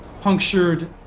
punctured